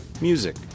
music